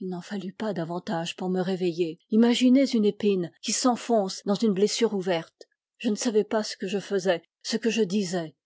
il n'en fallut pas davantage pour me réveiller imaginez une épine qui s'enfonce dans une blessure ouverte je ne savais pas ce que je faisais ce que je disais